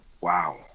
Wow